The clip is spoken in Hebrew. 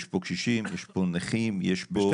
יש פה קשישים, יש פה נכים, יש פה אלף ואחד דברים.